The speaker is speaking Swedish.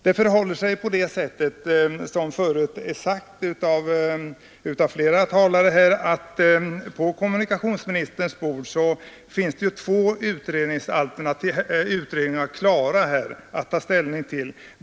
Som förut framhållits av flera talare finns på kommunikationsministerns bord två utredningsalternativ klara att ta ställning till.